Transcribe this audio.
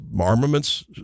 armaments